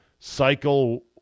cycle